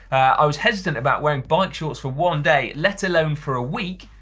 i was hesitant about wearing bike shorts for one day let alone for a week.